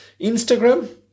Instagram